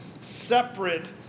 separate